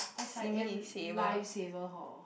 s_i_m life saver hor